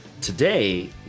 today